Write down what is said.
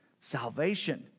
Salvation